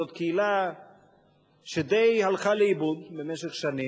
זאת קהילה שדי הלכה לאיבוד במשך שנים.